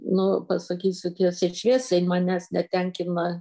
nu pasakysiu tiesiai šviesiai manęs netenkina